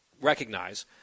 recognize